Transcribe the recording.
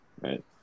right